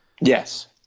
yes